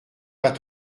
pas